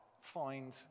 find